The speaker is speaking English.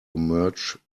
merge